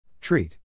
Treat